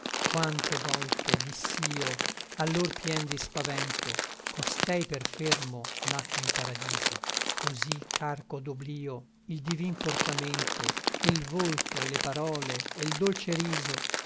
quante volte diss'io allor pien di spavento costei per fermo nacque in paradiso cosí carco d'oblio il divin portamento e l volto e le parole e l dolce riso